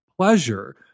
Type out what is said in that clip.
pleasure